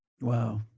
Wow